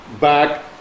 back